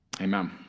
amen